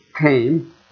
came